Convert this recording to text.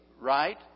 right